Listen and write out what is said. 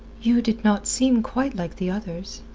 you did not seem quite like the others.